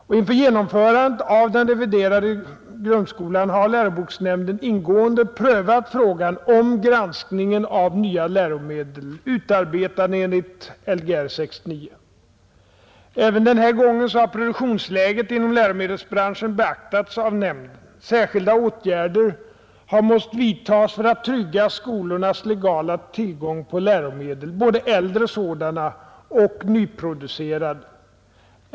Och inför genomförandet av den reviderade grundskolan har läroboksnämnden ingående prövat frågan om granskningen av nya läromedel utarbetade enligt Lgr 69. Även denna gång har produktionsläget inom läromedelsbranschen beaktats av nämnden. Särskilda åtgärder har måst vidtas för att trygga skolornas legala tillgång på läromedel, både äldre och nyproducerade sådana.